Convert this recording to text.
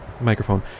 microphone